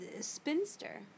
spinster